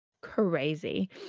crazy